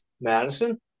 Madison